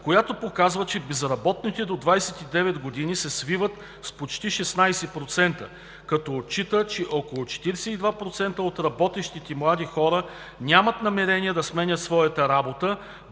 която показва, че безработните до 29 години се свиват с почти 16%, като отчита, че около 42% от работещите млади хора нямат намерение да сменят своята работа,